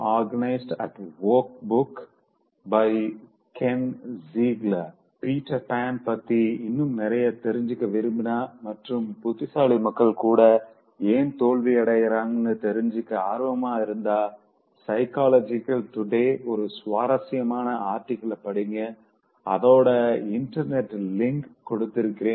Getting organised at work book by ken Zeigler Peter Pan பத்தி இன்னும் நிறைய தெரிஞ்சுக்க விரும்பினா மற்றும் புத்திசாலி மக்கள் கூட ஏன் தோல்வியடையராங்கன்னு தெரிஞ்சுக்க ஆர்வமா இருந்தா சைக்காலஜி டுடேங்ற ஒரு சுவாரசியமான ஆர்டிகல படிங்க அதோட இன்டர்நெட் லிங்க் கொடுத்திருக்கேன்